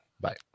Bye